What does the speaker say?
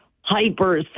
hyper